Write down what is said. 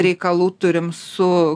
reikalų turim su